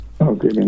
Okay